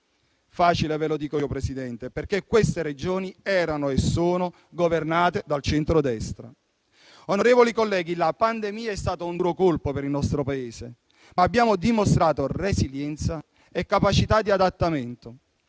facile e ve la dico io: perché queste Regioni erano e sono governate dal centrodestra. Onorevoli colleghi, la pandemia è stata un duro colpo per il nostro Paese, ma abbiamo dimostrato resilienza e capacità di adattamento.